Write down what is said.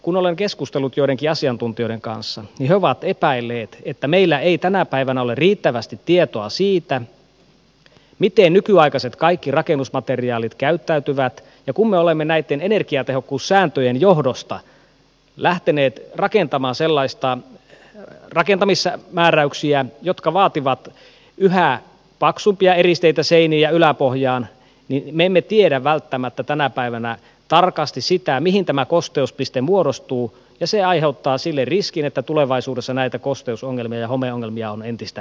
kun olen keskustellut joidenkin asiantuntijoiden kanssa he ovat epäilleet että meillä ei tänä päivänä ole riittävästi tietoa siitä miten kaikki nykyaikaiset rakennusmateriaalit käyttäytyvät ja kun me olemme näitten energiatehokkuussääntöjen johdosta lähteneet noudattamaan sellaisia rakentamismääräyksiä jotka vaativat yhä paksumpia eristeitä seiniin ja yläpohjaan niin me emme tiedä välttämättä tänä päivänä tarkasti sitä mihin tämä kosteuspiste muodostuu ja se aiheuttaa riskin että tulevaisuudessa näitä kosteusongelmia ja homeongelmia on entistä enemmän